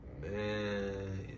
Man